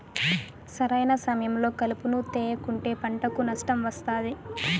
సరైన సమయంలో కలుపును తేయకుంటే పంటకు నష్టం వస్తాది